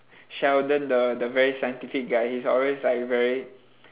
sheldon the the very scientific guy he's always like very